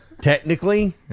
technically